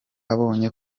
abonye